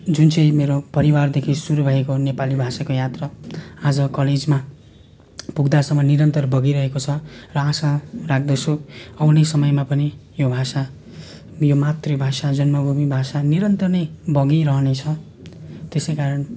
जुन चाहिँ मेरो परिवारदेखि सुरु भएको नेपाली भाषाको यात्रा आज कलेजमा पुग्दासम्म निरन्तर बगिरहेको छ र आशा राख्दछु आउने समयमा पनि यो भाषा यो मातृभाषा जन्मभूमि भाषा निरन्तर नै बगिरहने छ त्यसै कारण